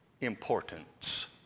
importance